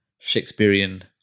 Shakespearean